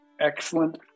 Excellent